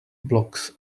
blocks